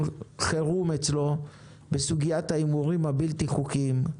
חירום אצלו בסוגיית ההימורים הבלתי חוקיים,